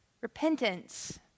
Repentance